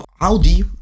Audi